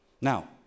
Now